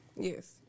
Yes